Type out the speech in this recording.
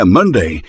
Monday